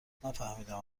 نفهمیدم